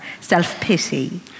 self-pity